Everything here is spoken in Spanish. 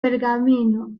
pergamino